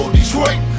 Detroit